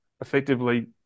effectively